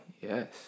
yes